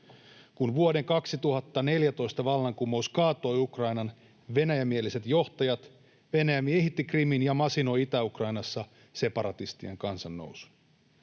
Kun vuoden 2014 vallankumous kaatoi Ukrainan Venäjä-mieliset johtajat, Venäjä miehitti Krimin ja masinoi Itä-Ukrainassa separatistien kansannousun.